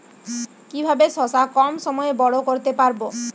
কিভাবে শশা কম সময়ে বড় করতে পারব?